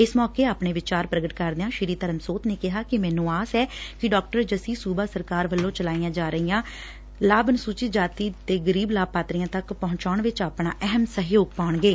ਇਸ ਮੌਕੇ ਆਪਣੇ ਵਿਚਾਰ ਪੁਗਟ ਕਰਦਿਆਂ ਸ਼ੀ ਧਰਮਸੋਤ ਨੇ ਕਿਹਾ ਕਿ ਮੈਨੰ ਆਸ ਹੈ ਕਿ ਡਾ ਜੱਸੀ ਸੁਬਾ ਸਰਕਾਰ ਵੱਲੋ ਚਲਾਈਆਂ ਜਾ ਰਹੀਆਂ ਸਕੀਾਂ ਦਾ ਲਾਭ ਅਨੁਸੁਚਿਤ ਜਾਤੀ ਦੇ ਗਰੀਬ ਲਾਭਪਾਤਰੀਆਂ ਤੱਕ ਪਹੰਚਾਉਣ ਵਿਚ ਆਪਣਾ ਅਹਿਮ ਯੋਗਦਾਨ ਪਾਉਣਗੇ